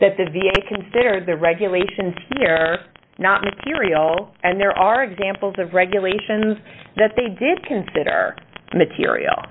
that the v a consider the regulation you're not material and there are examples of regulations that they did consider material